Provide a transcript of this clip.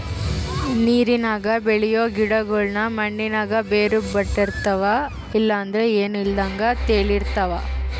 ನೀರಿನಾಗ ಬೆಳಿಯೋ ಗಿಡುಗುಳು ಮಣ್ಣಿನಾಗ ಬೇರು ಬುಟ್ಟಿರ್ತವ ಇಲ್ಲಂದ್ರ ಏನೂ ಇಲ್ದಂಗ ತೇಲುತಿರ್ತವ